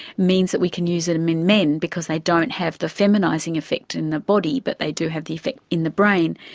means that we can use them in men, because they don't have the feminising effect in the body but they do have the effect in the brain.